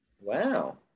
Wow